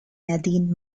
nadine